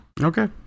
okay